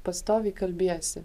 pastoviai kalbiesi